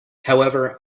however